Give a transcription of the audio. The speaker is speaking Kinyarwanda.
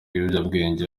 ibiyobyabwenge